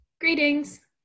Greetings